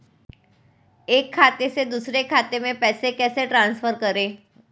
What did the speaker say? एक खाते से दूसरे खाते में पैसे कैसे ट्रांसफर करें?